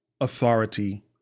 authority